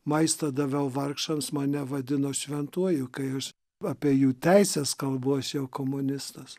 maistą daviau vargšams mane vadino šventuoju kai aš apie jų teises kalbu aš jau komunistas